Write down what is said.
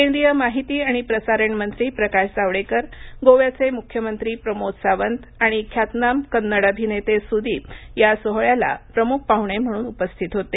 केंद्रीय माहिती आणि प्रसारण मंत्री प्रकाश जावडेकर गोव्याचे मुख्यमंत्री प्रमोद सावंत आणि ख्यातनाम कन्नड अभिनेते सुदीप या सोहळ्याला प्रमुख पाहुणे म्हणून उपस्थित होते